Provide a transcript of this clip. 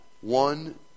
one